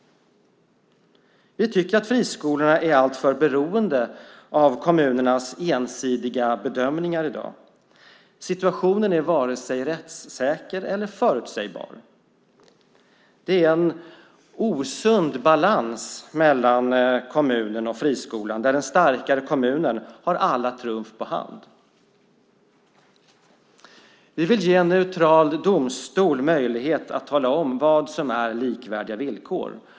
Vi tycker att friskolorna är alltför beroende av kommunernas ensidiga bedömningar i dag. Situationen är varken rättssäker eller förutsägbar. Det är en osund balans mellan kommunen och friskolan där den starkare, kommunen, har alla trumf på hand. Vi vill ge en neutral domstol möjlighet att tala om vad som är likvärdiga villkor.